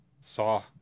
Saw